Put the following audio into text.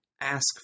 ask